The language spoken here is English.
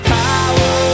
power